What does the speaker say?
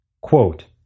Quote